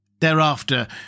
Thereafter